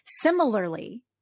Similarly